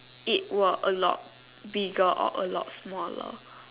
it will a lot bigger or a lot smaller